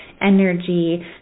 energy